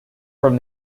from